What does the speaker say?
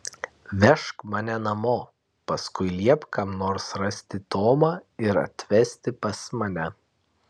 vežk mane namo paskui liepk kam nors rasti tomą ir atvesti pas mane